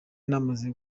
namaze